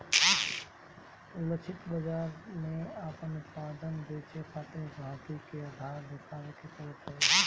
लक्षित बाजार में आपन उत्पाद बेचे खातिर गहकी के आधार देखावे के पड़त हवे